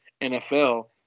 NFL